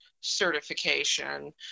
certification